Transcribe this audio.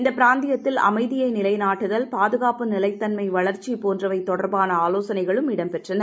இந்தப் பிராந்தியத்தில் அமைதியை நிலைநாட்டுதல் பாதுகாப்பு நிலைத்தன்மை வளர்ச்சி போன்றவை தொடர்பான ஆலோசனைகளும் இடம் பெற்றன